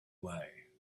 way